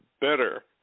better